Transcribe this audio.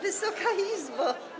Wysoka Izbo!